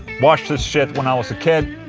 watched his shit when i was a kid